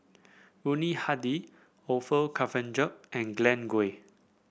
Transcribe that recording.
Yuni Hadi Orfeur Cavenagh and Glen Goei